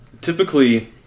Typically